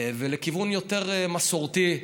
ולכיוון יותר מסורתי.